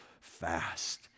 fast